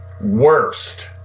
worst